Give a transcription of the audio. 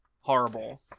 Horrible